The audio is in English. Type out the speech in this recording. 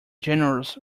generous